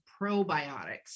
probiotics